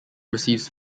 receives